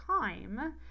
time